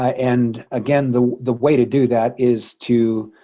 and again the the way to do that is to